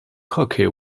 cocky